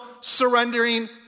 surrendering